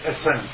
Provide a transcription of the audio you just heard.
essence